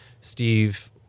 Steve